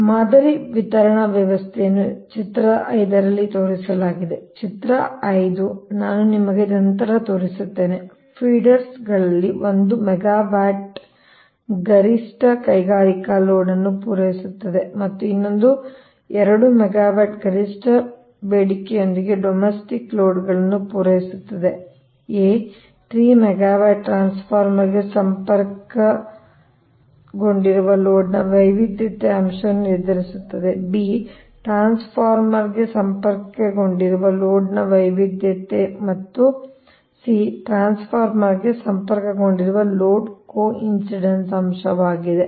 ಆದ್ದರಿಂದ ಮಾದರಿ ವಿತರಣಾ ವ್ಯವಸ್ಥೆಯನ್ನು ಚಿತ್ರ 5 ರಲ್ಲಿ ತೋರಿಸಲಾಗಿದೆ ಚಿತ್ರ 5 ನಾನು ನಿಮಗೆ ನಂತರ ತೋರಿಸುತ್ತೇನೆ ಫೀಡರ್ಗಳಲ್ಲಿ ಒಂದು 2 ಮೆಗಾವ್ಯಾಟ್ನ ಗರಿಷ್ಠ ಕೈಗಾರಿಕಾ ಲೋಡ್ ಅನ್ನು ಪೂರೈಸುತ್ತದೆ ಮತ್ತು ಇನ್ನೊಂದು 2 ಮೆಗಾವ್ಯಾಟ್ಗಳ ಗರಿಷ್ಠ ಬೇಡಿಕೆಯೊಂದಿಗೆ ಡೊಮೇಸ್ಟಿಕ್ ಲೋಡ್ಗಳನ್ನು ಪೂರೈಸುತ್ತದೆ a 3 ಮೆಗಾವ್ಯಾಟ್ ಟ್ರಾನ್ಸ್ಫಾರ್ಮರ್ಗೆ ಸಂಪರ್ಕಗೊಂಡಿರುವ ಲೋಡ್ನ ವೈವಿಧ್ಯತೆಯ ಅಂಶವನ್ನು ನಿರ್ಧರಿಸುತ್ತದೆ b ಟ್ರಾನ್ಸ್ಫಾರ್ಮರ್ಗೆ ಸಂಪರ್ಕಗೊಂಡಿರುವ ಲೋಡ್ನ ವೈವಿಧ್ಯತೆ ಮತ್ತು c ಟ್ರಾನ್ಸ್ಫಾರ್ಮರ್ಗೆ ಸಂಪರ್ಕಗೊಂಡಿರುವ ಲೋಡ್ನ ಕೋಇನ್ಸಿಡೆನ್ಸ್ ಅಂಶವಾಗಿದೆ